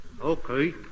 Okay